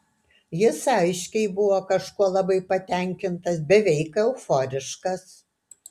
jis aiškiai buvo kažkuo labai patenkintas beveik euforiškas